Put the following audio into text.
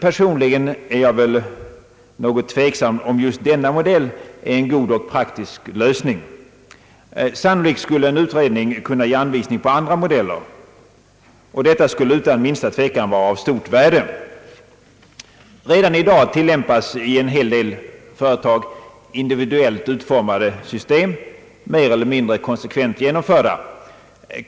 Personligen är jag väl något tveksam om just denna modell är en god och praktisk lösning. Sannolikt skulle en utredning kunna ge anvisning på andra modeller. Detta skulle utan minsta tvekan vara av stort värde. Redan i dag tillämpas i en hel del företag individuellt utformade system, mer eller mindre konsekvent genomförda.